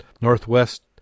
Northwest